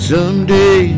Someday